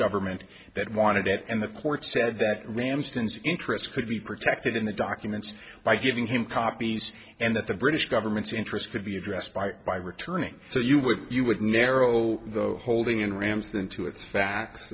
government that wanted it and the court said that ramsdens interests could be protected in the documents by giving him copies and that the british government's interest could be addressed by by returning so you would you would narrow the holding in ram's them to its facts